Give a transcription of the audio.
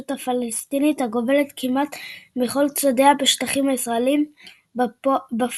הפלסטינית- הגובלת כמעט מכל צדדיה בשטחים הישראליים בפועל,